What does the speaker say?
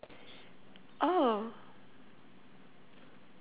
oh